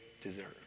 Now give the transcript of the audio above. deserve